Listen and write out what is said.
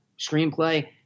screenplay